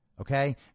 Okay